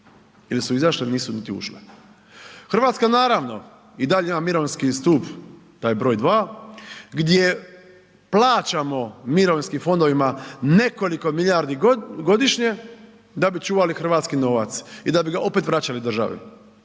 ili su izašle, nisu niti ušle. Hrvatska naravno i dalje ima mirovinski stup taj broj dva, gdje plaćamo mirovinskim fondovima nekoliko milijardi godišnje da bi čuvali hrvatski novac i da bi ga opet vraćali državi,